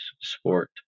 sport